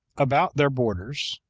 about their borders,